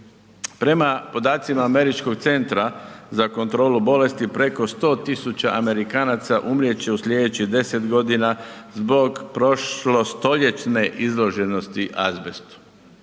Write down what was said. Prema podacima američkog Centra za kontrolu bolesti preko 100 tisuća Amerikanaca umrijet će u sljedećih 10 godina zbog prošlostoljetne izloženosti azbestu.